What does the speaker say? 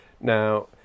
Now